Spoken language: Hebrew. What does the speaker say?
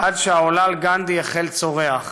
עד שהעולל גנדי החל צורח.